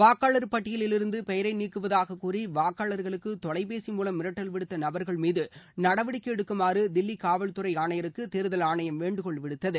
வாக்காளர் பட்டியலிருந்து பெயரை நீக்குவதாக கூறி வாக்காளர்களுக்கு தொலைபேசி மூலம் மிரட்டல் விடுத்த நபர்கள் மீது நடவடிக்கை எடுக்குமாறு தில்லி காவல்துறை ஆணையருக்கு தேர்தல் ஆணையம் வேண்டுகோள் விடுத்தது